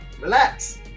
relax